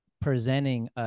presenting